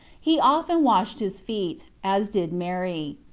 he often washed his feet, as did mary.